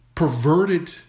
Perverted